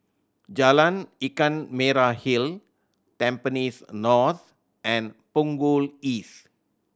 Jalan Ikan Merah Hill Tampines North and Punggol East